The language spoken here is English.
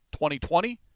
2020